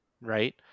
right